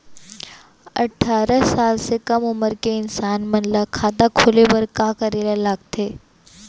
अट्ठारह साल से कम उमर के इंसान मन ला खाता खोले बर का करे ला लगथे?